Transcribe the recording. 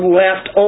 left